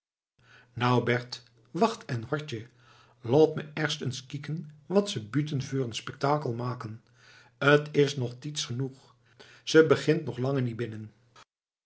nou bert wacht en hortje loat me erst èns kieken wat ze buuten veur'n spektoakel moaken t is nog tied's genog ze begint nog lange niet